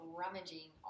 rummaging